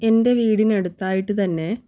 എൻ്റെ വീടിനടുത്തായിട്ട് തന്നെ